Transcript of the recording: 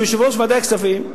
שהוא יושב-ראש ועדת הכספים,